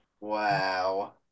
Wow